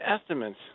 estimates